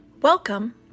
Welcome